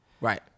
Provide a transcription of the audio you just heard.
Right